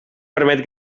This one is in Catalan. permet